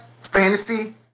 fantasy